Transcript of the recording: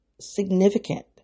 significant